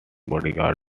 bodyguard